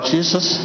Jesus